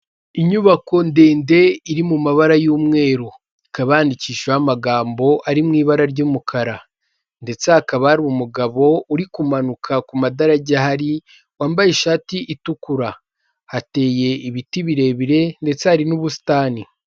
Inyubako ndende iri mu mabara y'umweru, ikaba yandikishijeho amagambo ari mu ibara ry'umukara ndetse hakaba hari umugabo uri kumanuka ku madarage ahari wambaye ishati itukura, hateye ibiti birebire ndetse hari n'ubusitani.